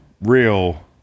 real